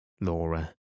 Laura